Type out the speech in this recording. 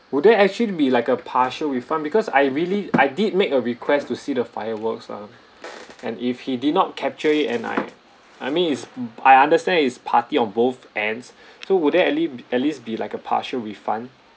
will there actually be like a partial refund because I really I did make a request to see the fireworks uh ] and if he did not capture it and I I mean if I understand he's party of both ends so would at le~ at least be like a partial refund